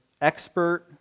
expert